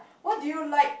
what did you like